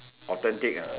authentic ah